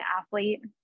athlete